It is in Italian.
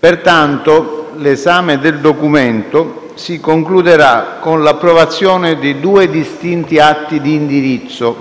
Pertanto, l'esame del Documento si concluderà con l'approvazione di due distinti atti di indirizzo: